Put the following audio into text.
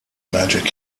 magic